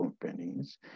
companies